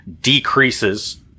decreases